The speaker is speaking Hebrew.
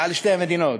על שתי מדינות,